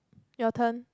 your turn